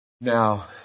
Now